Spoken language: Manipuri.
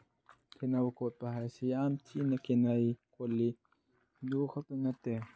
ꯈꯦꯠꯅꯕ ꯈꯣꯠꯄ ꯍꯥꯏꯔꯁꯤ ꯌꯥꯝ ꯊꯤꯅ ꯈꯦꯠꯅꯩ ꯈꯣꯠꯂꯤ ꯑꯗꯨꯈꯛꯇ ꯅꯠꯇꯦ